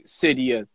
seria